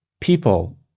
people